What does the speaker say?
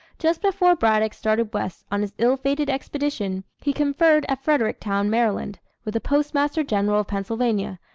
just before braddock started west on his ill-fated expedition, he conferred at fredericktown, maryland, with the postmaster general of pennsylvania,